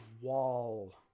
wall